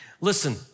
Listen